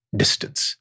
distance